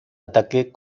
ataque